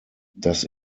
das